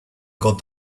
got